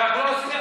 שאנחנו לא עושים,